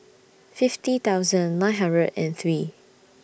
fifty thousand nine hundred and three